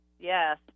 yes